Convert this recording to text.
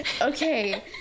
Okay